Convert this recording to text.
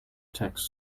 text